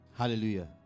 Hallelujah